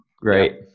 Great